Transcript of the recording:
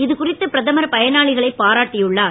இது குறித்து பிரதமர் பயனாளிகளை பாராட்டியுள்ளார்